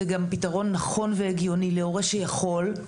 זה גם פתרון נכון והגיוני להורה שיכול.